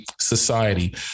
society